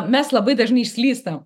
mes labai dažnai išslystam